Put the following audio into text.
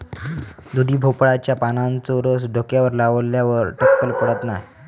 दुधी भोपळ्याच्या पानांचो रस डोक्यावर लावल्यार टक्कल पडत नाय